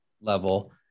level